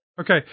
Okay